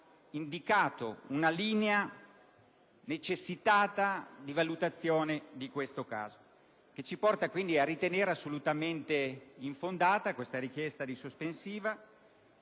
indicato una linea necessitata di valutazione di questo caso, che ci porta a ritenere assolutamente infondata questa richiesta di sospensiva.